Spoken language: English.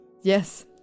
Yes